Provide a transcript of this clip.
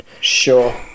Sure